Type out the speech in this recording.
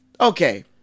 okay